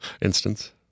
Instance